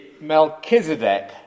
Melchizedek